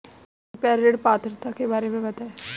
कृपया ऋण पात्रता के बारे में बताएँ?